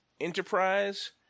enterprise